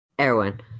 Erwin